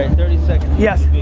thirty seconds. yes.